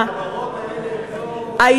החברות האלה הן לא בוזזות.